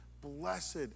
Blessed